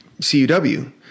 CUW